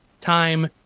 time